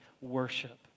worship